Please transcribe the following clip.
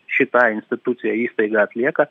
šita institucija įstaiga atlieka